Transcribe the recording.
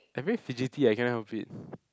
I very fidgety I cannot help it